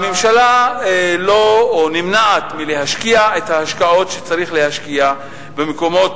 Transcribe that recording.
הממשלה נמנעת מלהשקיע את ההשקעות שצריך להשקיע במקומות